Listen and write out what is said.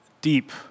Deep